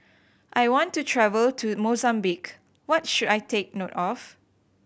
I want to travel to Mozambique what should I take note of